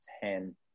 ten